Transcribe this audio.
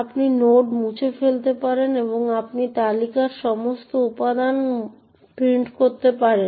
আপনি নোড মুছে ফেলতে পারেন এবং আপনি তালিকার সমস্ত উপাদান মুদ্রণ করতে পারেন